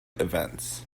events